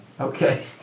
Okay